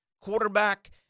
quarterback